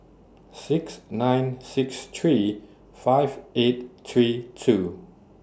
six nine six three five eight three two